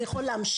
זה יכול להמשיך,